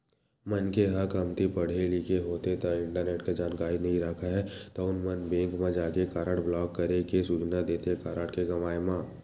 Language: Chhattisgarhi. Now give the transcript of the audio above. मनखे ह कमती पड़हे लिखे होथे ता इंटरनेट के जानकारी नइ राखय तउन मन बेंक म जाके कारड ब्लॉक करे के सूचना देथे कारड के गवाय म